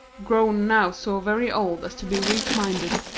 grown now so very old as to be weak-minded,